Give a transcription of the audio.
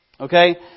Okay